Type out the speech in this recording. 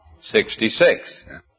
Sixty-six